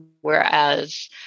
Whereas